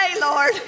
Lord